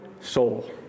soul